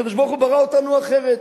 הקדוש-ברוך-הוא ברא אותנו אחרת.